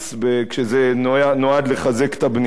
כשזה נועד לחזק את הבנייה,